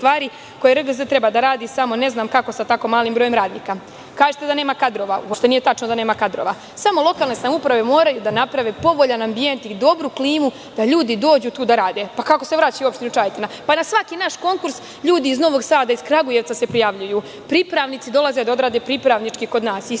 koje RGZ treba da radi, samo ne znam kako sa tako malim brojem radnika. Kažete da nema kadrova? Uopšte nije tačno da nema kadrova, samo lokalne samouprave moraju da naprave povoljan ambijent i dobru klimu, da ljudi dođu tu i da rade. Kako se vraćaju u opštinu Čajetina? Na svaki naš konkurs, ljudi iz Novog Sada i Kragujevca se prijavljuju, pripravnici dolaze da odrade pripravnički kod nas i sve